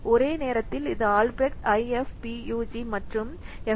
ஒரே நேரத்தில் இது ஆல்பிரெக்ட் ஐஎஃப்பியுஜி மற்றும் எஃப்